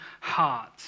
heart